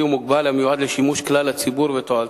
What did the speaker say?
ומוגבל המיועד לשימוש כלל הציבור ותועלתו.